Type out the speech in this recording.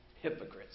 hypocrites